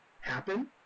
happen